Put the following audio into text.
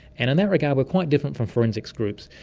and in that regard we're quite different from forensics groups.